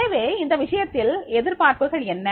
எனவே இந்த விஷயத்தில் எதிர்பார்ப்புகள் என்ன